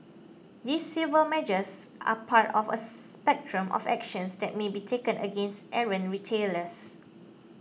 these civil measures are part of a spectrum of actions that may be taken against errant retailers